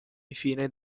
infine